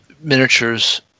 miniatures